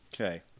Okay